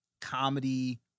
comedy